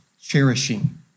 cherishing